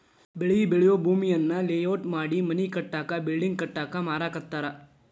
ಬೆಳಿ ಬೆಳಿಯೂ ಭೂಮಿಯನ್ನ ಲೇಔಟ್ ಮಾಡಿ ಮನಿ ಕಟ್ಟಾಕ ಬಿಲ್ಡಿಂಗ್ ಕಟ್ಟಾಕ ಮಾರಾಕತ್ತಾರ